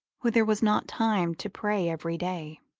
where there was not time to pray every day.